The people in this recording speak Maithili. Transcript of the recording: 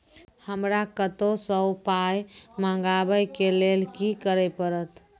हमरा कतौ सअ पाय मंगावै कऽ लेल की करे पड़त?